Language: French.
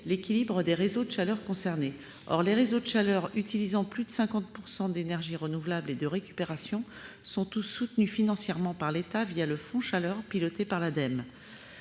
l'équilibre des réseaux de chaleur concernés. Or les réseaux de chaleur utilisant plus de 50 % d'énergies renouvelables et de récupération sont tous soutenus financièrement par l'État le fonds chaleur piloté par l'Ademe.